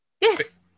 Yes